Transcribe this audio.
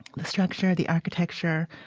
the structure, the architecture.